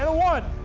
ah one!